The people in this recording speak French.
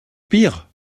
pire